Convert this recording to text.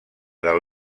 del